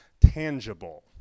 tangible